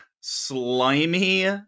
slimy